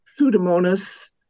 Pseudomonas